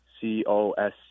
C-O-S